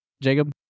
Jacob